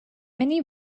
many